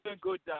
good